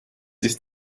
ist